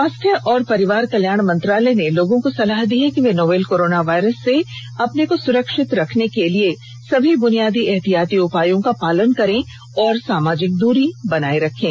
स्वास्थ्य और परिवार कल्याण मंत्रालय ने लोगों को सलाह दी है कि वे नोवल कोरोना वायरस से अपने को सुरक्षित रखने के लिए सभी बुनियादी एहतियाती उपायों का पालन करें और सामाजिक दूरी बनाए रखें